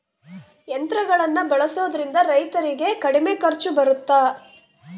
ಯಂತ್ರಗಳನ್ನ ಬಳಸೊದ್ರಿಂದ ರೈತರಿಗೆ ಕಡಿಮೆ ಖರ್ಚು ಬರುತ್ತಾ?